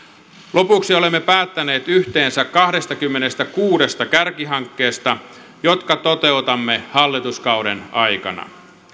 lopuksi olemme päättäneet yhteensä kahdestakymmenestäkuudesta kärkihankkeesta jotka toteutamme hallituskauden aikana